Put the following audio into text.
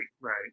Right